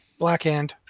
Blackhand